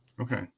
Okay